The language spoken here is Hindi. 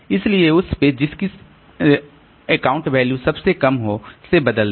इसलिए उस पेज जिसकी जिसका अकाउंट वैल्यू सबसे कम हो से बदलें